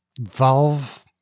Valve